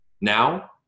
Now